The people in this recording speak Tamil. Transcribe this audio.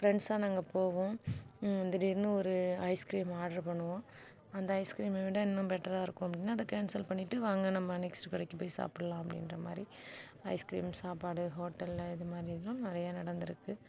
ஃப்ரெண்ட்ஸ்ஸாக நாங்கள் போவோம் திடீர்ன்னு ஒரு ஐஸ் கிரீம் ஒன்று ஆட்ரு அந்த ஐஸ்கிரீமை விட இன்னும் பெட்டராக இருக்கும்னா அதை கேன்சல் பண்ணிவிட்டு வாங்க நம்ப நெக்ஸ்ட்டு கடைக்கு போய் சாப்பிட்லாம் அப்படின்ற மாதிரி ஐஸ் கிரீம் சாப்பாடு ஹோட்டலில் இது மாதிரி இதெலாம் நிறைய நடந்துருக்கு